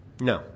No